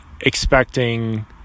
expecting